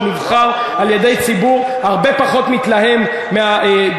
הוא נבחר על-ידי ציבור הרבה פחות מתלהם מאומרי